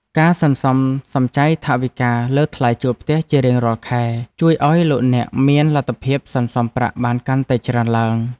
ការសន្សំសំចៃថវិកាលើថ្លៃជួលផ្ទះជារៀងរាល់ខែជួយឱ្យលោកអ្នកមានលទ្ធភាពសន្សំប្រាក់បានកាន់តែច្រើនឡើង។